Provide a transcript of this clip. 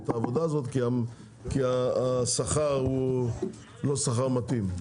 את העבודה הזאת כי השכר הוא לא שכר מתאים.